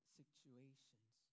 situations